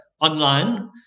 online